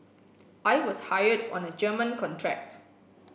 I was hired on a German contract